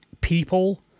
people